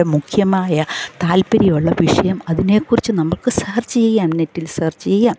മുഖ്യമായ താല്പര്യമുള്ള വിഷയം അതിനെക്കുറിച്ച് നമുക്ക് സെർച്ച് ചെയ്യാൻ നെറ്റിൽ സെർച്ച് ചെയ്യാം